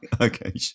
okay